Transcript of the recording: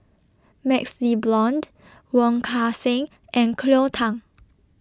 MaxLe Blond Wong Kan Seng and Cleo Thang